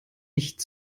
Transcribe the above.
nicht